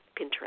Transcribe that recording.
pinterest